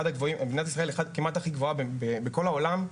במדינת ישראל כמעט הכי גבוהה בכל העולם,